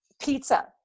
pizza